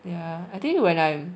ya I think when I'm